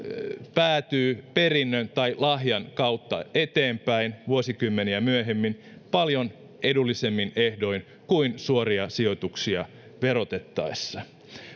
päätyy perinnön tai lahjan kautta eteenpäin vuosikymmeniä myöhemmin paljon edullisemmin ehdoin kuin suoria sijoituksia verotettaessa